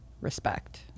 respect